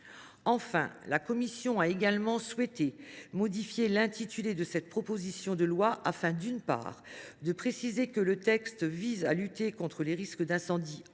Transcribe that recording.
Enfin, la commission a également souhaité modifier l’intitulé de cette proposition de loi afin, d’une part, de préciser que le texte vise à lutter contre les risques d’accident